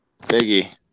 Biggie